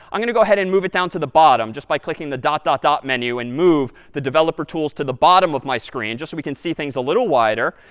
i'm going to go ahead and move it down to the bottom just by clicking the dot, dot, dot menu and move the developer tools to the bottom of my screen, just so we can see things a little wider.